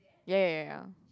ya ya ya ya